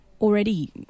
Already